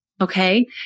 Okay